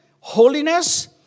holiness